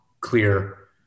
clear